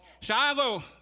Shiloh